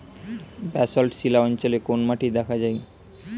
Basalt শিলা অঞ্চলে কোন মাটি দেখা যায়?